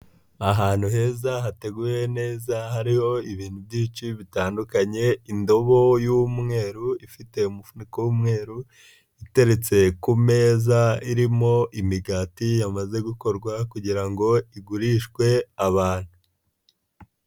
Ahantu heza, hateguwe neza, hariho ibintu byinshi bitandukanye, indobo y'umweru, ifite umufuko w'umweru, iteretse ku meza, irimo imigati yamaze gukorwa kugira ngo igurishwe abantu.